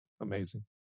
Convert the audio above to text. Amazing